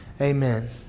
Amen